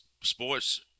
Sports